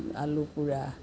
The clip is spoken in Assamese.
আলু পোৰা